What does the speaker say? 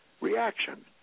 reaction